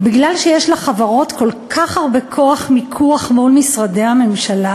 בגלל שיש לחברות כל כך הרבה כוח מיקוח מול משרדי הממשלה,